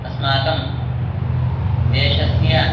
अस्माकं देशस्य